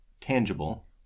tangible